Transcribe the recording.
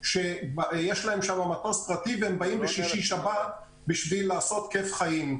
שיש להם שם מטוס פרטי והם באים בשישי-שבת כדי לעשות כיף חיים,